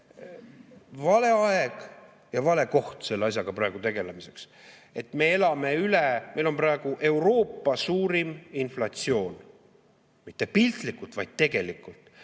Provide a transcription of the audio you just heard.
vale aeg ja vale koht selle asjaga praegu tegelemiseks. Me elame üle, meil on praegu Euroopa suurim inflatsioon. Mitte piltlikult, vaid tegelikult.